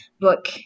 book